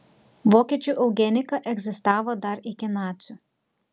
vokiečių eugenika egzistavo dar iki nacių